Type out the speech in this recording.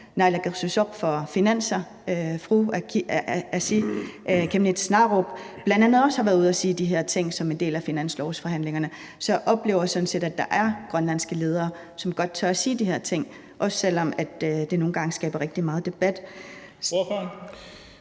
naalakkersuisoq for finanser, fru Asii Chemnitz Narup, bl.a. også har været ude at sige de her ting som en del af finanslovsforhandlingerne. Så jeg oplever sådan set, at der er grønlandske ledere, som godt tør sige de her ting, også selv om det nogle gange skaber rigtig meget debat.